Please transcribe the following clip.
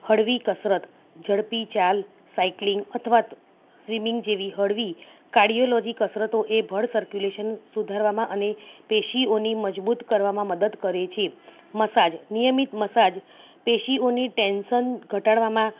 હળવી કસરત ઝડપી ચાલ સાયકલિંગ અથવા તો સ્વિમિંગ જેવી હળવી કાર્ડીઓલોજી કસરતો આ બ્લડ સર્ક્યુલેસન સુધારવામાં અને પેશીઓની મજબૂત કરવામાં મદદ કરે છે મસાજ નિયમિત મસાજ પેશીઓની ટેન્સન ઘટાડવામાં